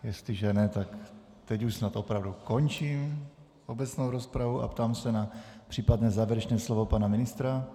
Jestliže ne, tak teď už snad opravdu končím obecnou rozpravu a ptám se na případné závěrečné slovo pana ministra.